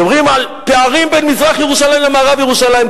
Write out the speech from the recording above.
מדברים על פערים בין מזרח-ירושלים למערב ירושלים.